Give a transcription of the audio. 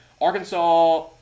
Arkansas